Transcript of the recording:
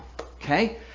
Okay